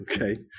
okay